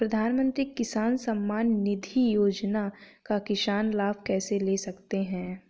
प्रधानमंत्री किसान सम्मान निधि योजना का किसान लाभ कैसे ले सकते हैं?